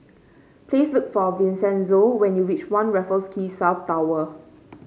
please look for Vincenzo when you reach One Raffles Quay South Tower